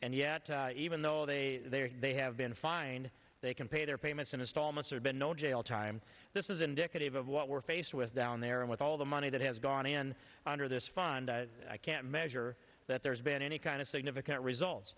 and yet even though they have been fined they can pay their payments in installments or but no jail time this is indicative of what we're faced with down there and with all the money that has gone in under this fund i can't measure that there's been any kind of significant results